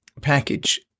package